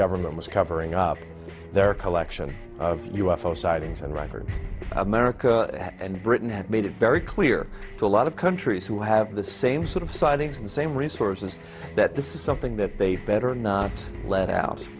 government was covering up their collection of u f o sightings and writers america and britain have made it very clear to a lot of countries who have the same sort of sightings and same resources that this is something that they better not let out